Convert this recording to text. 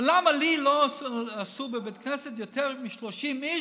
למה לי אסור בבית כנסת יותר מ-30 איש?